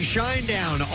Shinedown